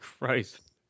Christ